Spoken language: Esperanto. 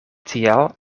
tial